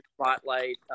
spotlight